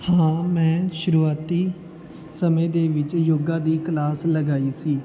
ਹਾਂ ਮੈਂ ਸ਼ੁਰੂਆਤੀ ਸਮੇਂ ਦੇ ਵਿੱਚ ਯੋਗਾ ਦੀ ਕਲਾਸ ਲਗਾਈ ਸੀ